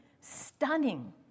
stunning